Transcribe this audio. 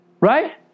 Right